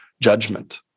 judgment